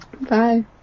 bye